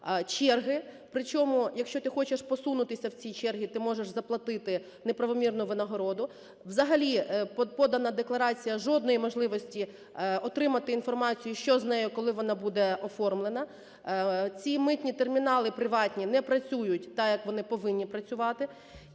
Черги. Причому, якщо ти хочеш посунутися в цій черзі, ти можеш заплатити неправомірну винагороду. Взагалі подана декларація – жодної можливості отримати інформацію, що з нею, коли вона буде оформлена. Ці митні термінали, приватні, не працюють так, як вони повинні працювати.